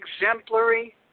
exemplary